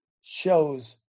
shows